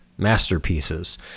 masterpieces